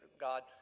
god